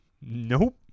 Nope